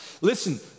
Listen